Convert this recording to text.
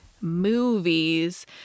movies